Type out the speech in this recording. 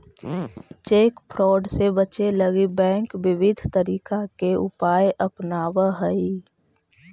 cheque fraud से बचे लगी बैंक विविध तरीका के उपाय अपनावऽ हइ